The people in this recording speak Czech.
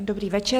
Dobrý večer.